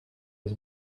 his